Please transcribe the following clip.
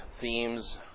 themes